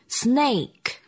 snake